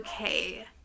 okay